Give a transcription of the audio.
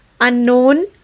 unknown